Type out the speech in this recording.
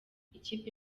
ikipe